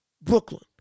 Brooklyn